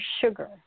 sugar